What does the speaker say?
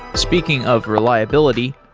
speaking of reliability,